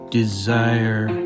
desire